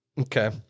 Okay